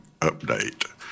update